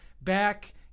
back